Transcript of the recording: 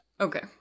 Okay